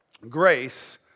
Grace